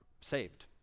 saved